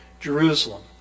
Jerusalem